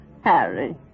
Harry